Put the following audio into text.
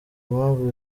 impamvu